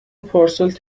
پارسال